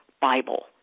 Bible